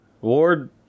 Ward